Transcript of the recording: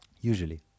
Usually